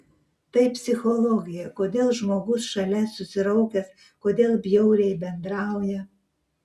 tai psichologija kodėl žmogus šalia susiraukęs kodėl bjauriai bendrauja